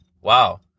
Wow